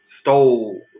stole